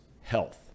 health